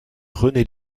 rené